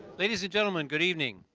ladies and gentlemen, good evening.